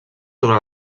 sobre